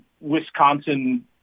Wisconsin